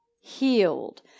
Healed